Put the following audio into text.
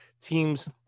teams